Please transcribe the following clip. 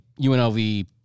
UNLV